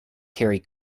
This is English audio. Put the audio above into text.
carry